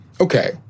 Okay